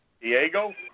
Diego